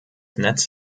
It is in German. netz